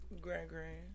Grand-grand